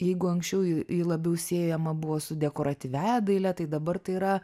jeigu anksčiau ji labiau siejama buvo su dekoratyviąja daile tai dabar tai yra